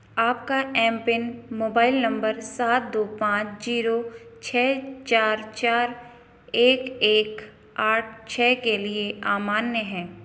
आपका M PIN mobile number सात दो पाँच जीरो छह चार चार एक एक आठ छह के लिए आमान्य है